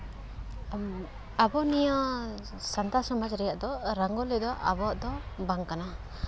ᱟᱵᱚ ᱱᱤᱭᱟᱹ ᱥᱟᱱᱛᱟᱲ ᱥᱚᱢᱟᱡᱽ ᱨᱮᱭᱟᱜ ᱫᱚ ᱨᱚᱝᱜᱳᱞᱤ ᱫᱚ ᱟᱵᱚᱣᱟᱜ ᱫᱚ ᱵᱟᱝ ᱠᱟᱱᱟ